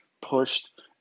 pushed